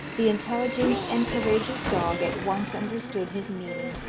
the intelligent and courageous dog at once understood his meaning,